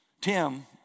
Tim